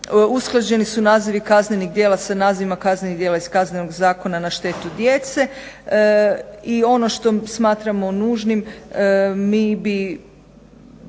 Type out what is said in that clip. Usklađeni su nazivi kaznenih djela sa nazivima kaznenih djela iz KZ-a na štetu djecu i ono što smatramo nužnim mi bi